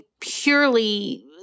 purely